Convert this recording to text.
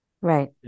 Right